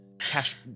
Cash